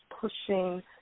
pushing